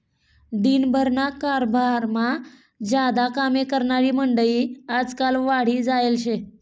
दिन भरना कारभारमा ज्यादा कामे करनारी मंडयी आजकाल वाढी जायेल शे